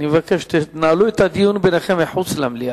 אני מבקש: תנהלו את הדיון ביניכם מחוץ למליאה.